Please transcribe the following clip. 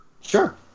Sure